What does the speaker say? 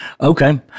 Okay